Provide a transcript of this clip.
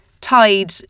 tied